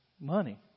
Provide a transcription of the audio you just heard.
Money